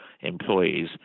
employees